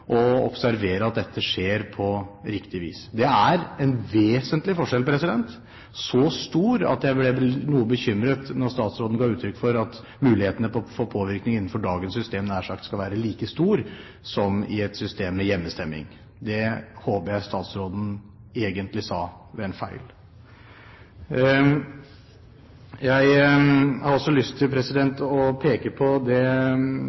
at dette skjer på riktig vis. Det er en vesentlig forskjell, så stor at jeg ble noe bekymret da statsråden ga uttrykk for at mulighetene for påvirkning innenfor dagens system nær sagt skal være like store som i et system med hjemmestemming. Det håper jeg statsråden egentlig sa ved en feil. Jeg har også lyst til å peke på det